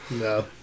No